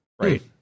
right